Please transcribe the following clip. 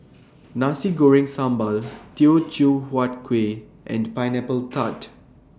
Nasi Goreng Sambal Teochew Huat Kuih and Pineapple Tart